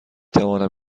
توانم